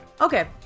Okay